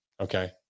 Okay